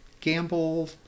Gamble